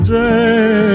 day